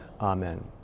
amen